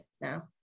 now